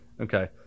okay